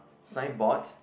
signboard